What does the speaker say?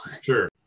Sure